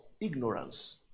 Ignorance